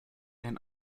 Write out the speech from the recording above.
and